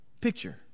picture